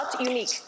unique